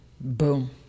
boom